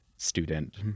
student